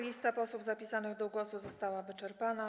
Lista posłów zapisanych do głosu została wyczerpana.